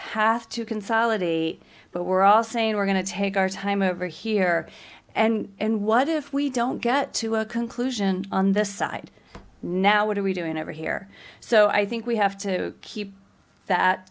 path to consolidate but we're all saying we're going to take our time over here and what if we don't get to a conclusion on the site now what are we doing over here so i think we have to keep that